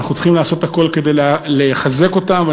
ואנחנו צריכים לעשות הכול כדי לחזק אותן.